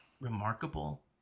remarkable